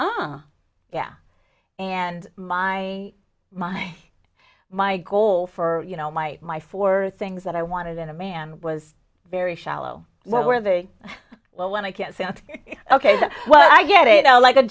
you yeah and my my my goal for you know my my for things that i wanted in a man was very shallow where they well when i can say ok well i get it i like a